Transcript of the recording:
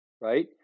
right